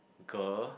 girl